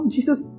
Jesus